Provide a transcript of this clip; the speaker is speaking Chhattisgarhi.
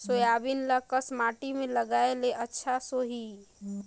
सोयाबीन ल कस माटी मे लगाय ले अच्छा सोही?